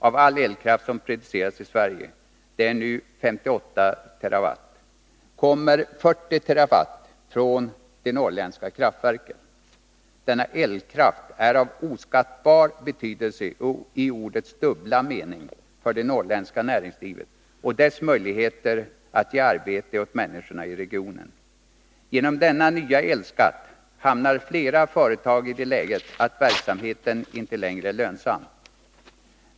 Av all elkraft som produceras i Sverige, det är nu 58 TWh, kommer 40 TWh från de norrländska kraftverken. Denna elkraft är av oskattbar betydelse i ordets dubbla mening för det norrländska näringslivet och dess möjligheter att ge arbete åt människorna i regionen. Genom denna nya elskatt hamnar flera företag i det läget att verksamheten inte längre är lönsam.